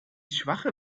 schwache